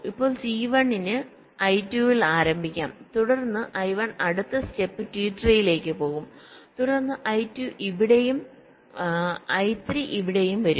ഇപ്പോൾ T1 ന് I2 ൽ ആരംഭിക്കാം തുടർന്ന് I1 അടുത്ത സ്റ്റെപ് T3 ലേക്ക് പോകും തുടർന്ന് I2 ഇവിടെയും I3 ഇവിടെയും വരും